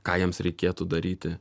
ką jiems reikėtų daryti